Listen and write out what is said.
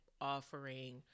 offering